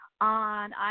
on